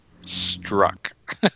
struck